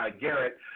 Garrett